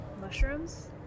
mushrooms